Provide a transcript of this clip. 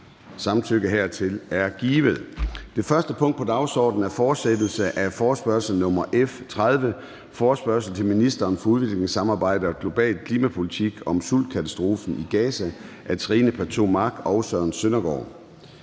Samtykke hertil er givet. --- Det første punkt på dagsordenen er: 1) Fortsættelse af forespørgsel nr. F 30 [afstemning]: Forespørgsel til ministeren for udviklingssamarbejde og global klimapolitik om sultkatastrofen i Gaza. Af Trine Pertou Mach (EL) og Søren Søndergaard